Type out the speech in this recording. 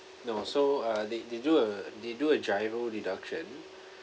no so uh they they do a they do a GIRO deduction